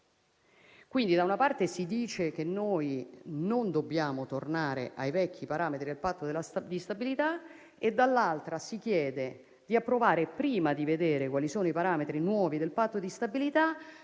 quindi, da una parte, si dice che non dobbiamo tornare ai vecchi parametri del Patto di stabilità, e, dall'altra, si chiede, prima di vedere quali siano i nuovi parametri del Patto di stabilità,